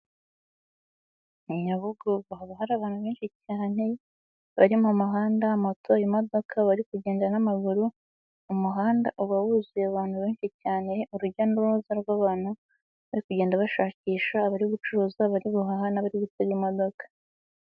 Nyabugogo haba hari abantu benshi cyane, bari mu muhanda, moto, imodoka, abari kugenda n'amaguru, umuhanda uba wuzuye abantu benshi cyane, urujya n'uruza rw'abantu, bari kugenda bashakisha, abari gucuruza, abari guhaha n'abari gutega imodoka.